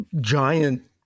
giant